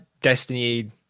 Destiny